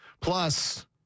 Plus